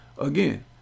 Again